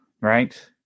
right